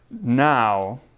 now